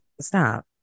stop